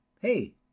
hey